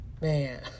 man